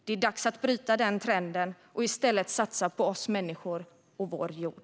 Det är dags att bryta den trenden och i stället satsa på oss människor och vår jord.